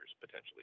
potentially